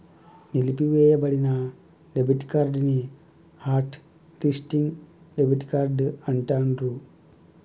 నిలిపివేయబడిన debit card ని hot listing debit card అంటాండ్రు